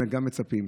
וגם מצפים,